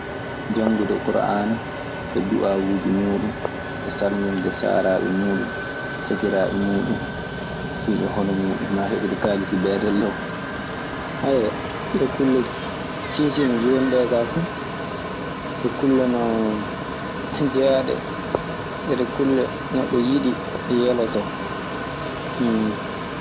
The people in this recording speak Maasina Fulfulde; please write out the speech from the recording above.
Janngude Kuraana e duwaawuuji muuɗun e salminde saaraaɓe muuɗun. Sakiraaɓe muuɗun ɗun e hono muuɗun, maa heɓude kaalis beetee law. Ɗee kulle kiisiimi jooni ɗee kaa fu. Ɗe kulle non jeyaaɗe. E ɗe kulle neɗɗo yiɗi, yelotoo.